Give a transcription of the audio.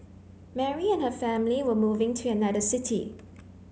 Mary and her family were moving to another city